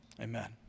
Amen